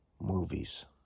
movies